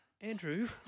Andrew